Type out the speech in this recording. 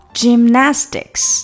gymnastics